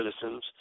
citizens